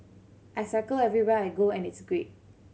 I cycle everywhere I go and it's great